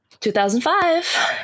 2005